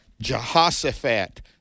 Jehoshaphat